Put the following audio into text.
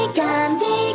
candy